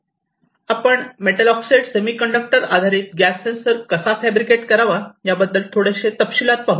आपण metal oxide semiconductor आधारित gas sensor कसा फॅब्रिकेट करावा याबद्दल थोडेसे तपशील पाहू